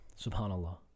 Subhanallah